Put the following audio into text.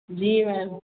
जी ma'am